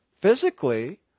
physically